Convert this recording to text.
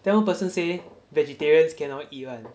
then one person say vegetarians cannot eat one